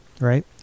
right